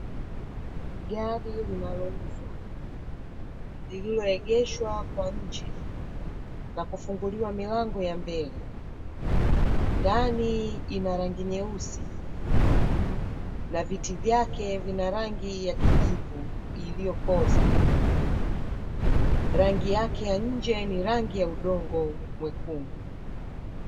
Gari linalouzwa, lililoegeshwa kwa nje na hufunguliwa mlango ya mbele. Gari ina rangi nyeusi viti vyake vina rangi ya kijivu iliyopoza, rangi yake ya nje ni rangi ya udongo mwekundu.